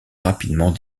rapidement